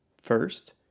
First